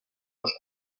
dels